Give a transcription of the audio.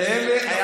תן לי, תן לי.